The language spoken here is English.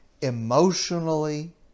emotionally